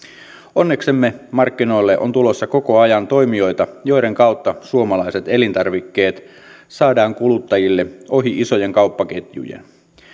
onneksemme markkinoille on tulossa koko ajan toimijoita joiden kautta suomalaiset elintarvikkeet saadaan kuluttajille ohi isojen kauppaketjujen